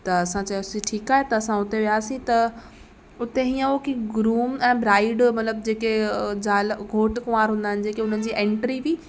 त असां चयोसी ठीकु आहे त असां उते वियासीं त उते हीअं हो की ग्रूम ऐं ब्राइड मतिलब जेके ज़ाल घोटु क्वांर हूंदा आहिनि जेकी हुननि जी एंट्री हुई